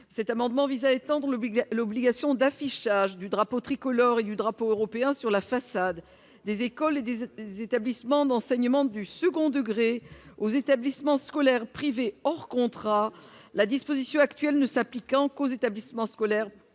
Cet amendement vise à étendre l'obligation d'affichage du drapeau tricolore et du drapeau européen sur la façade des écoles et des établissements d'enseignement du second degré aux établissements scolaires privés hors contrat, la disposition actuelle ne s'appliquant qu'aux établissements scolaires publics